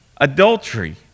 adultery